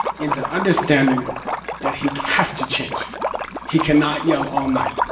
in the understanding that he has to change he cannot yell all night.